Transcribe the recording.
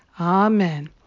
Amen